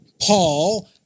Paul